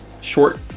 short